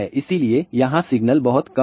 इसलिए यहाँ सिग्नल बहुत कम है